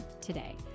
today